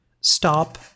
Stop